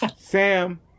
Sam